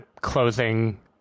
closing